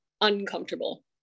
Uncomfortable